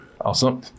Awesome